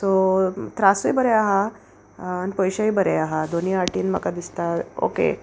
so त्रासूय बोरे आहा आनी पोयशेय बोरे आहा दोनी वाटेन म्हाका दिसता ओके